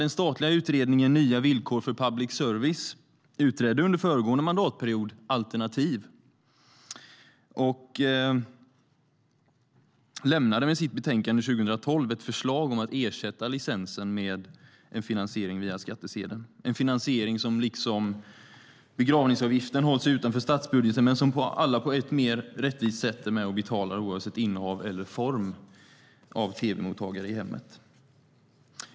Den statliga utredningen Nya villkor för public service utredde under föregående mandatperiod alternativ och lämnade med sitt betänkande 2012 ett förslag om att ersätta licensen med en finansiering via skattsedeln - en finansiering som liksom begravningsavgiften hålls utanför statsbudgeten men som alla på ett mer rättvist sätt är med och betalar oavsett innehav eller form av tv-mottagare i hemmet.